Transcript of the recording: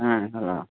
हँ हैलो